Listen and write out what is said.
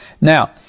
Now